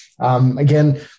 Again